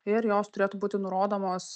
ir jos turėtų būti nurodomos